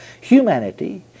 Humanity